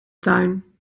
tuin